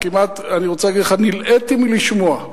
אני רוצה להגיד לך, נלאיתי מלשמוע.